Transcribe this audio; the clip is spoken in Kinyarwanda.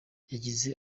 yagize